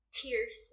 tears